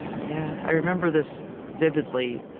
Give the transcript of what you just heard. yeah, i remember this vividly.